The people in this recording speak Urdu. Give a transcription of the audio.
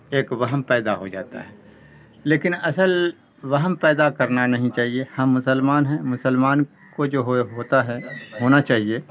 ایک وہم پیدا ہو جاتا ہے لیکن اصل وہم پیدا کرنا نہیں چاہیے ہم مسلمان ہیں مسلمان کو جو ہو ہوتا ہے ہونا چاہیے